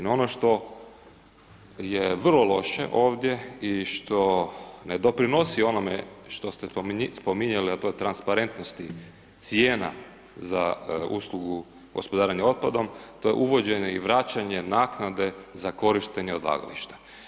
No, ono što je vrlo loše ovdje i što ne doprinosi onome što ste spominjali o toj transparentnosti, cijena za uslugu gospodarenje otpadom, to je uvođenje i vraćanje naknade za korištenje odlagališta.